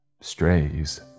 Strays